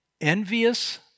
envious